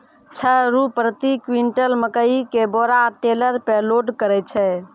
छह रु प्रति क्विंटल मकई के बोरा टेलर पे लोड करे छैय?